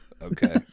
Okay